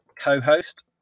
co-host